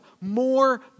more